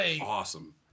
awesome